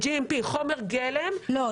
לא.